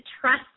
trust